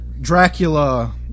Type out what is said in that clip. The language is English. Dracula